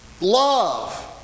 love